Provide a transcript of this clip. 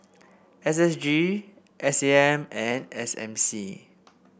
S S G S A M and S M C